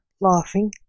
laughing